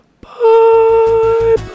bye